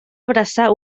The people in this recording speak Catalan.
abraçar